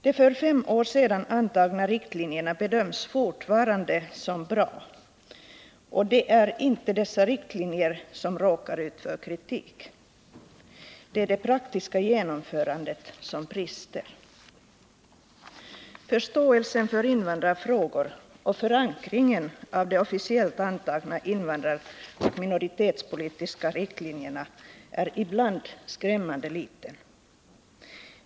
De för fem år sedan antagna riktlinjerna bedöms fortfarande som bra, och det är inte dessa riktlinjer som råkar ut för kritik. Det är i det praktiska genomförandet som det brister. Förståelsen för invandrarfrågor och förankringen av de officiellt antagna invandraroch minoritetspolitiska riktlinjerna är ibland skrämmande liten.